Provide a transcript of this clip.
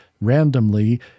randomly